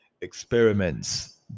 experiments